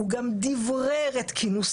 הוא גם דברר את כינוסו,